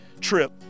trip